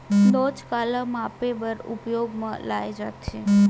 नोच काला मापे बर उपयोग म लाये जाथे?